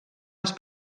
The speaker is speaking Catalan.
els